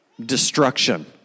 destruction